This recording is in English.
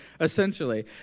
essentially